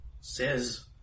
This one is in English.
Says